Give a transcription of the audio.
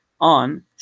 on